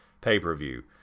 pay-per-view